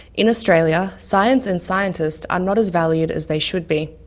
in australia science and scientists are not as valued as they should be.